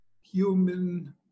human